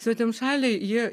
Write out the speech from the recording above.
svetimšaliai jie